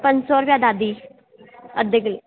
पंज सौ रुपिया दादी अधि किले